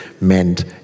meant